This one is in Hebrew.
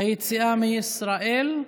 היציאה מישראל)